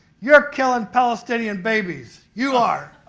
you're killing palestinian babies! you are!